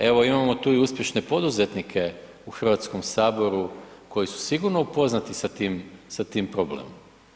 Evo imamo tu i uspješne poduzetnike u Hrvatskom saboru koji su sigurno upoznati sa tim problemom.